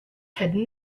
had